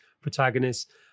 protagonists